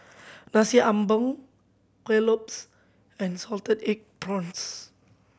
Nasi Ambeng Kuih Lopes and salted egg prawns